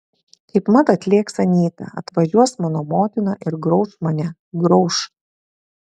kaipmat atlėks anyta atvažiuos mano motina ir grauš mane grauš